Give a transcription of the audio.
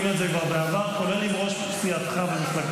עשינו את זה כבר בעבר, כולל עם ראש סיעתך ומפלגתך.